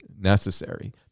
necessary